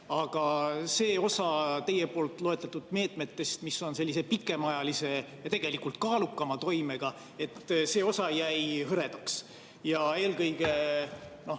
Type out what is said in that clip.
aga see osa teie loetletud meetmetest, mis on sellise pikemaajalise ja tegelikult kaalukama toimega, jäi hõredaks. Eelkõige